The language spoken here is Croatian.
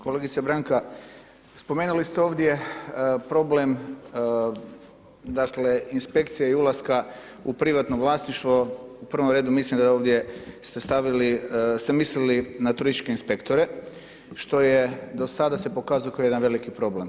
Kolegice Branka, spomenuli ste ovdje problem dakle inspekcija i ulaska u privatno vlasništvo, u prvom redu mislim da ovdje ste mislili na turističke inspektore što je do sada se pokazao kao jedan veliki problem.